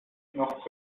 noch